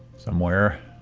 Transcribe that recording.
somewhere,